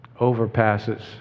overpasses